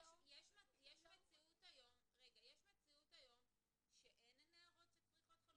יש מציאות היום שאין נערות שצריכות חלופות מעצר?